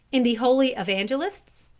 in the holy evangelists?